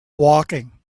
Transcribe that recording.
walking